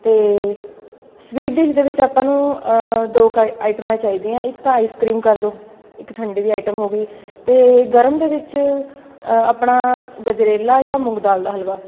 ਅਤੇ sweet dish ਦੇ ਵਿੱਚ ਆਪਾਂ ਨੂੰ ਦੋ ਕ ਆੲ ਆਈਟਮਾਂ ਚਾਹੀਦੀਆਂ ਇੱਕ ਤਾਂ ਆਈਸ ਕ੍ਰੀਮ ਕਰ ਦਿਉ ਇੱਕ ਠੰਡੇ ਦੀ ਆਈਟਮ ਹੋ ਗਈ ਅਤੇ ਗਰਮ ਦੇ ਵਿੱਚ ਆਪਣਾ ਗਜਰੇਲਾ ਜਾਂ ਮੂੰਗ ਦਾਲ ਦਾ ਹਲਵਾ